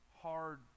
hard